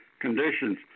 conditions